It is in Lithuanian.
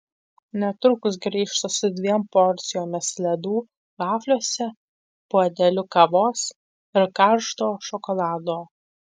netrukus grįžta su dviem porcijomis ledų vafliuose puodeliu kavos ir karšto šokolado